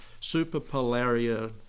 superpolaria